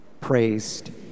Praised